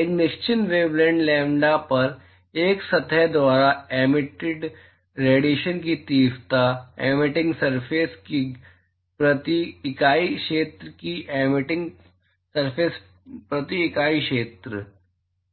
एक निश्चित wavelength lambda पर एक सतह द्वारा एमिटेड रेडिएशन की तीव्रता एमिटिंग सरफेस के प्रति इकाई क्षेत्र में एमिटिंग सरफेस प्रति इकाई क्षेत्र